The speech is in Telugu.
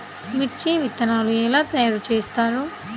మిర్చి విత్తనాలు ఎలా తయారు చేస్తారు?